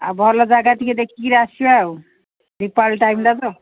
ଆଉ ଭଲ ଜାଗା ଟିକେ ଦେଖିକିରି ଆସିବା ଆଉ ଦୀପାବଳି ଟାଇମଟା ତ